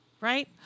right